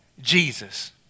Jesus